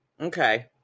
okay